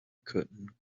couldn’t